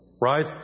right